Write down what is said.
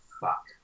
fuck